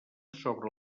sobre